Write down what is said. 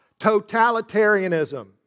totalitarianism